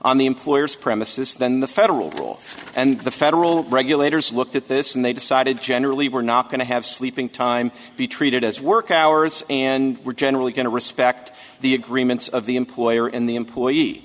on the employer's premises than the federal level and the federal regulators looked at this and they decided generally we're not going to have sleeping time be treated as work hours and we're generally going to respect the agreements of the employer and the employee